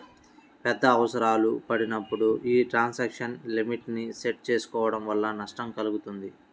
పెద్ద అవసరాలు పడినప్పుడు యీ ట్రాన్సాక్షన్ లిమిట్ ని సెట్ చేసుకోడం వల్ల నష్టం కల్గుతుంది